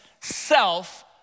self